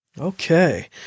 Okay